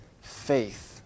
Faith